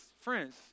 Friends